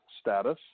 status